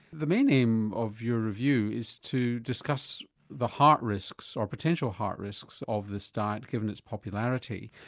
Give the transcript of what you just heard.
the main aim of your review is to discuss the heart risks, or potential heart risks of this diet given its popularity.